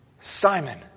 Simon